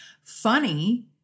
Funny